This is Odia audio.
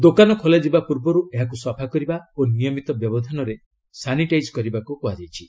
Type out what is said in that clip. ଦୋକାନ ଖୋଲାଯିବା ପୂର୍ବରୁ ଏହାକୁ ସଫା କରିବା ଓ ନିୟମିତ ବ୍ୟବଧାନରେ ସାନିଟାଇଜ୍ କରିବାକୁ କୁହାଯାଇଛି